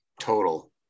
total